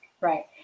Right